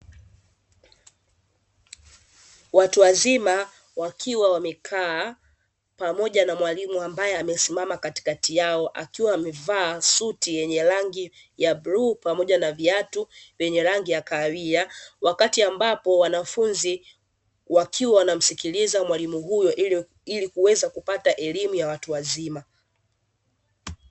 Watu wazima wakiwa wamekaa pamoja na mwalimu ambaye amesimama katikati yao akiwa amevaa suti yenye rangi ya bluu pamoja na viatu vyenye rangi ya kahawia, wakati ambapo wanafunzi wakiwa wanamsikiliza mwalimu huyo ili kuweza kupata elimu ya watu wazima.